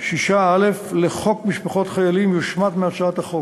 6א לחוק משפחות חיילים, יושמט מהצעת החוק.